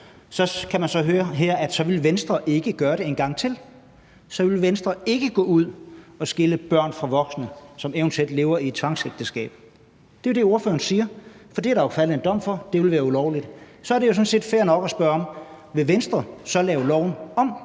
år, kan man høre her, så ville Venstre ikke gøre det en gang til. Så ville Venstre ikke gå ud at skille børn fra voksne, som eventuelt lever i et tvangsægteskab – det er jo det, ordføreren siger – for der er jo faldet en dom for, at det ville være ulovligt. Så er det jo sådan set fair nok at spørge: Vil Venstre så lave loven om,